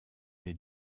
des